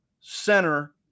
center